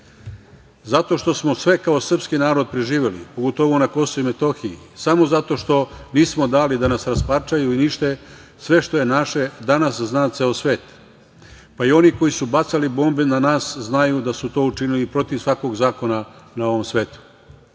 sila. Zato što smo sve kao srpski narod preživeli, pogotovo na Kosovu i Metohiji, samo zato što nismo dali da nas rasparčaju i unište, sve što je naše danas zna ceo svet, pa i oni koji su bacali bombe na nas znaju da su to učinili protiv svakog zakona na ovom